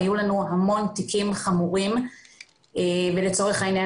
היו לנו המון תיקים חמורים ואם לצורך העניין